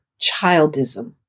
childism